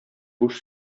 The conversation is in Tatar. буш